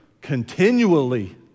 continually